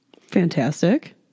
fantastic